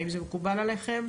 האם זה מקובל עליכם?